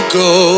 go